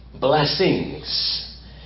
blessings